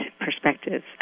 perspectives